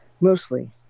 Mostly